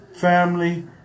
family